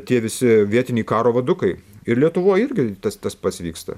tie visi vietiniai karo vadukai ir lietuvoj irgi tas tas pats vyksta